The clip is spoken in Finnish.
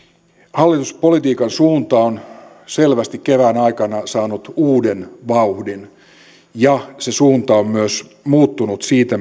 hallituspolitiikan suunta on selvästi kevään aikana saanut uuden vauhdin ja se suunta on myös muuttunut siitä